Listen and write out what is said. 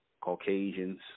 Caucasians